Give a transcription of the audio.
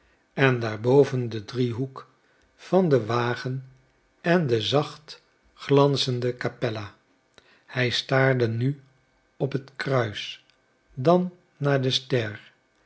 en daarboven den driehoek van den wagen en de zacht glanzende capella hij staarde nu op het kruis dan naar de ster